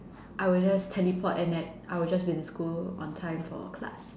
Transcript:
I will just teleport and like I will just be in school on time for class